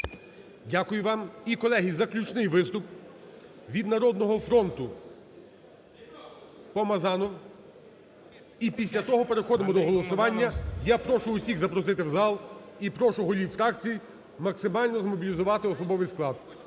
Дякую вам. І, колеги, заключний виступ. Від "Народного фронту" Помазанов. І після того переходимо до голосування. Я прошу усіх запросити в зал. І прошу голів фракцій максимально змобілізувати особовий склад.